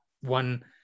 one